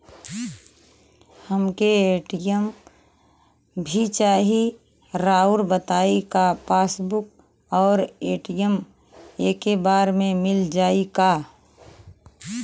हमके ए.टी.एम भी चाही राउर बताई का पासबुक और ए.टी.एम एके बार में मील जाई का?